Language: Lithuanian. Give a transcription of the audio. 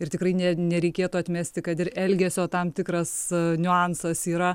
ir tikrai ne nereikėtų atmesti kad ir elgesio tam tikras niuansas yra